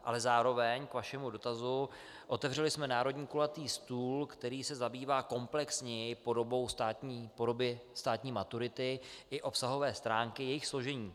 Ale zároveň k vašemu dotazu otevřeli jsme národní kulatý stůl, který se zabývá komplexněji podobou státní maturity i obsahové stránky jejich složení.